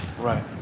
Right